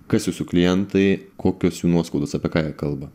kas jūsų klientai kokios jų nuoskaudos apie ką jie kalba